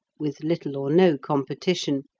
with little or no competition,